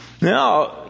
Now